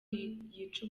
yica